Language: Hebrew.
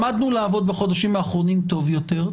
למדנו לעבוד בחודשים האחרונים טוב יותר.